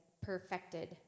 perfected